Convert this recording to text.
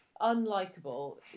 unlikable